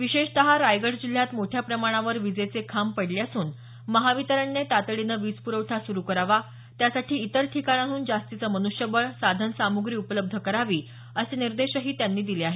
विशेषत रायगड जिल्ह्यात मोठ्या प्रमाणावर विजेचे खांब पडले असून महावितरणने तातडीने वीज पुरवठा सुरु करावा त्यासाठी इतर ठिकाणाहून जास्तीचं मन्ष्यबळ साधन साम्ग्री उपलब्ध करावी असे निर्देशही त्यांनी दिले आहेत